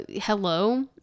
hello